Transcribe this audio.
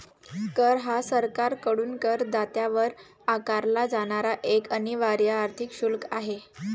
कर हा सरकारकडून करदात्यावर आकारला जाणारा एक अनिवार्य आर्थिक शुल्क आहे